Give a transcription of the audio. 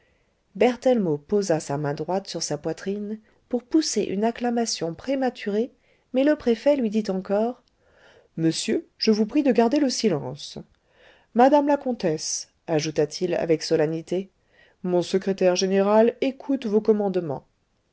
berthellemot posa sa main droite sur sa poitrine pour pousser une acclamation prématurée mais le préfet lui dit encore monsieur je vous prie de garder le silence madame la comtesse ajouta-t-il avec solennité mon secrétaire général écoute vos commandements